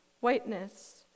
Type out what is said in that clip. whiteness